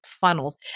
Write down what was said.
funnels